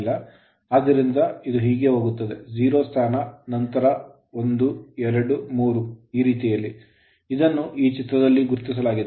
ಆದ್ದರಿಂದ ಇದು ಹೀಗೆ ಹೋಗುತ್ತದೆ 0 ಸ್ಥಾನ ನಂತರ 1 2 3 ಈ ರೀತಿಯಲ್ಲಿ ಇದನ್ನು ಈ ಚಿತ್ರದಲ್ಲಿ ಗುರುತಿಸಲಾಗಿದೆ